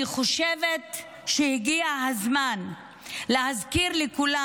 אני חושבת שהגיע הזמן להזכיר לכולם